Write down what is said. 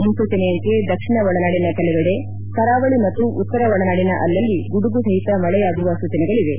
ಮುನೂಚನೆಯಂತೆ ದಕ್ಷಿಣ ಒಳನಾಡಿನ ಕೆಲವೆಡೆ ಕರಾವಳಿ ಮತ್ತು ಉತ್ತರ ಒಳನಾಡಿನ ಅಲ್ಲಲ್ಲಿ ಗುಡುಗು ಸಹಿತ ಮಳೆಯಾಗುವ ಸೂಚನೆಗಳಿವೆ